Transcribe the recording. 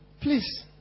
please